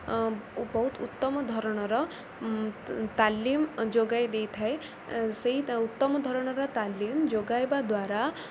ବହୁତ ଉତ୍ତମ ଧରଣର ତାଲିମ ଯୋଗାଇ ଦେଇଥାଏ ସେଇ ଉତ୍ତମ ଧରଣର ତାଲିମ ଯୋଗାଇବା ଦ୍ୱାରା